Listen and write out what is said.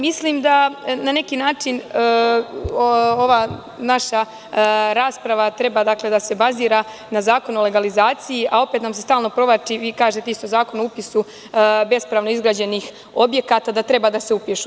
Mislim da na neki način ova naša rasprava treba da se bazira na Zakon o legalizaciji, a opet nam se stalno provlači, vi kažete isto, Zakon o upisu bespravno izgrađenih objekata, da treba da se upišu.